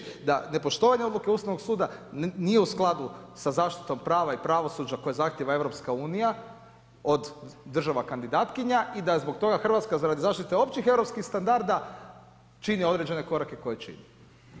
Znači reći da ne poštovane odluke Ustavnog suda nije u skladu sa zaštitom prava i pravosuđa koje zahtijeva EU od država kandidatkinja i da zbog toga Hrvatska radi zaštite općih europskih standarda čini određene korake koje čini.